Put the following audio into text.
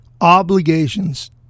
obligations